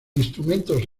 instrumentos